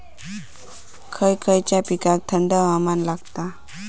खय खयच्या पिकांका थंड हवामान लागतं?